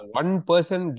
one-person